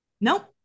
nope